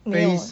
没有